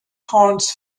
horns